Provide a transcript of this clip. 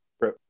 right